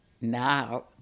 Now